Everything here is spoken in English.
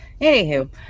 anywho